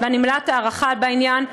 ואני מלאת הערכה בעניין,